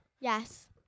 Yes